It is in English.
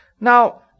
Now